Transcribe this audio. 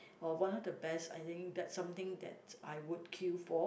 while one of the best I think that's something that I would queue for